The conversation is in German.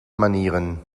manieren